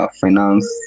Finance